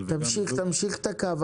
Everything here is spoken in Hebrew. תמשיך את הקו.